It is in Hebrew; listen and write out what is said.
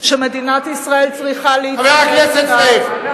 שמדינת ישראל צריכה להתמודד אתם, מה היא מדברת?